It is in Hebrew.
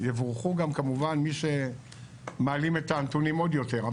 יבורכו גם כמובן מי שמעלים את הנתונים עוד יותר.